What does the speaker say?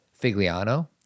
Figliano